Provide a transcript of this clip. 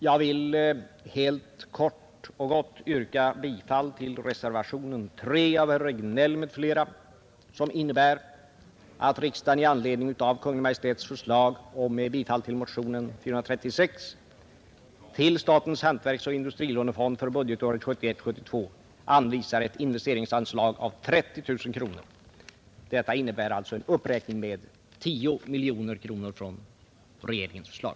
Jag vill helt kort yrka bifall till reservationen 3 av herr Regnéll m.fl., vari hemställes att ”riksdagen i anledning av Kungl. Maj:ts förslag och med bifall till motionen 1971:436 till statens hantverksoch industrilånefond för budgetåret 1971/72 anvisar ett investeringsanslag av 30 000 000 kronor”. Detta innebär alltså en uppräkning med 10 miljoner kronor jämfört med regeringens förslag.